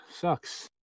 sucks